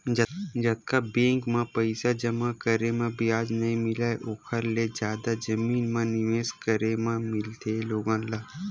जतका बेंक म पइसा जमा करे म बियाज नइ मिलय ओखर ले जादा जमीन म निवेस करे म मिलथे लोगन ल